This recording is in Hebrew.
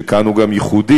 שכאן הוא גם ייחודי,